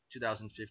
2015